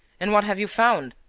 and what have you found?